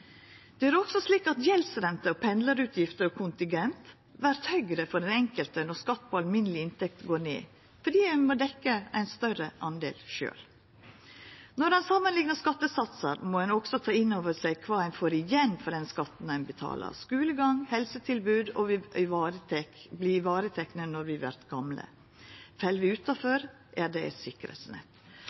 også slik at gjeldsrenter, pendlarutgift og kontingent vert høgare for den einskilde når skatt på alminneleg inntekt går ned, fordi ein må dekkja ein større del sjølv. Når ein samanliknar skattesatsar, må ein også ta inn over seg kva ein får igjen for den skatten ein betalar: skulegang, helsetilbod, og vi blir ivaretekne når vi vert gamle. Fell vi utanfor, er det